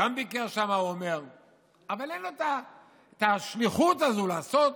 הוא גם ביקר שם, אבל אין לו את השליחות הזאת לעשות